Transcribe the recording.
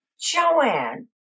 Joanne